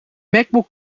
macbook